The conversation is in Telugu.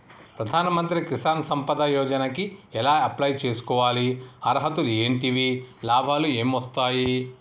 ప్రధాన మంత్రి కిసాన్ సంపద యోజన కి ఎలా అప్లయ్ చేసుకోవాలి? అర్హతలు ఏంటివి? లాభాలు ఏమొస్తాయి?